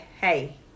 Hey